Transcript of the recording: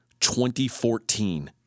2014